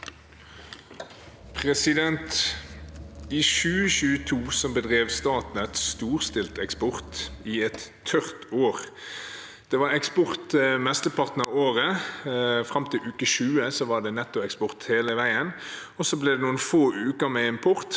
I 2022 be- drev Statnett storstilt eksport i et tørt år. Det var eksport mesteparten av året. Fram til uke 20 var det nettoeksport hele veien, og så ble det noen få uker med import